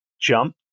jump